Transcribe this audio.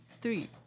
three